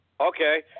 Okay